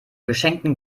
geschenkten